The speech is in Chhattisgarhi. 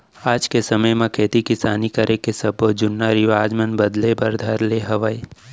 आज के समे म खेती किसानी करे के सब्बो जुन्ना रिवाज मन बदले बर धर ले हवय